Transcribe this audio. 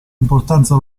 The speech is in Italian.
importanza